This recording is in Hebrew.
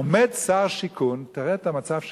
עומד שר שיכון, תראה את המצב שלנו,